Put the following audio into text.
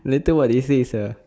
later what they say sia